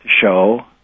show